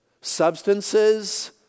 substances